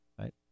Right